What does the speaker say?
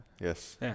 yes